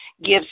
Gives